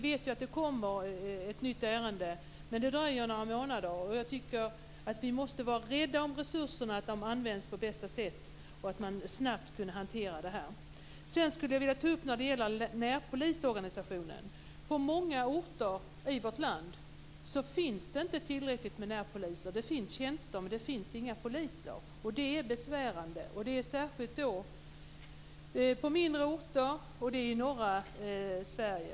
Det kommer ett nytt förslag, men det dröjer några månader. Vi måste vara rädda om resurserna så att de används på bästa sätt. På många orter i vårt land finns det inte tillräckligt med närpoliser. Det finns tjänster, men det finns inga poliser och det är besvärande. Detta gäller särskilt mindre orter i norra Sverige.